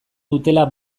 dutela